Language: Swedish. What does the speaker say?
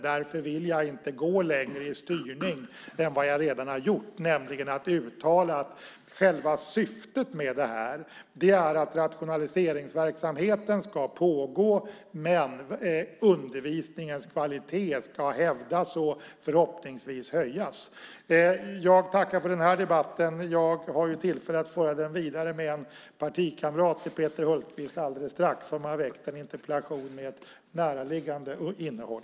Därför vill jag inte gå längre i styrning än vad jag redan har gjort, nämligen att uttala att syftet med detta är att rationaliseringsverksamheten ska pågå men undervisningens kvalitet ska hävdas och förhoppningsvis höjas. Jag tackar för den här debatten. Jag har ju tillfälle att alldeles strax fortsätta att föra den med en partikamrat till Peter Hultqvist som har väckt en interpellation med ett näraliggande innehåll.